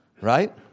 right